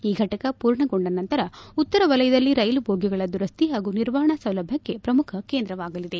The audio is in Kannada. ಈ ಫಟಕ ಪೂರ್ಣಗೊಂಡ ನಂತರ ಉತ್ತರ ವಲಯದಲ್ಲಿ ರೈಲು ಬೋಗಿಗಳ ದುರಸ್ತಿ ಹಾಗೂ ನಿರ್ವಹಣಾ ಸೌಲಭ್ಯಕ್ಷೆ ಪ್ರಮುಖ ಕೇಂದ್ರವಾಗಲಿದೆ